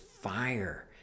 fire